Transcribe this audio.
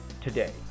today